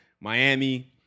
Miami